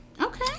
Okay